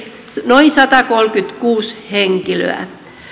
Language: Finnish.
noin satakolmekymmentäkuusi henkilöä